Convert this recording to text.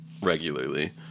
regularly